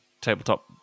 tabletop